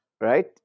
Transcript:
right